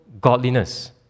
godliness